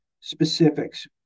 specifics